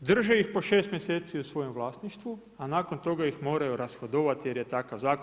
drže ih po 6 mjeseci u svojem vlasništvu a nakon toga ih moraju rashodovati jer je takav zakon.